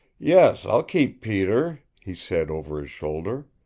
yes, i'll keep peter, he said over his shoulder.